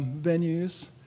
venues